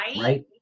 Right